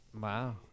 Wow